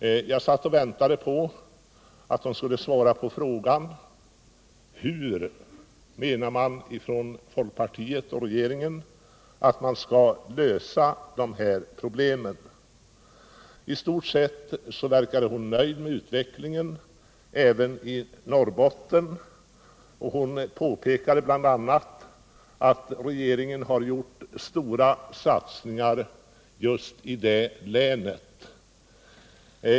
Jag satt och väntade på att hon skulle svara på frågan hur man i folkpartiet och regeringen menar att man skall lösa dessa problem. I stället verkade hon nöjd med utvecklingen, även i Norrbotten. Hon påpekade bl.a. att regeringen har gjort stora satsningar just i det länet.